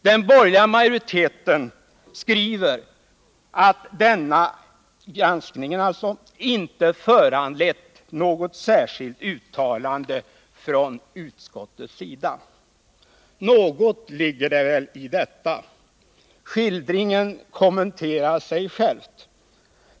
Den borgerliga majoriteten skriver att denna granskning inte föranlett något särskilt uttalande från utskottets sida. Något ligger det väl i detta. Skildringen kommenterar sig själv.